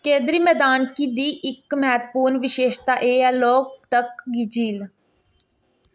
केंद्री मैदान दी इक म्हत्तवपूर्ण विशेशता ऐ लोकतक झील